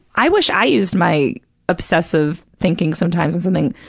i wish i used my obsessive thinking sometimes as something,